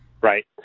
Right